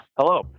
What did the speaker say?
Hello